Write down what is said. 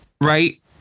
right